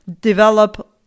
develop